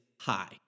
high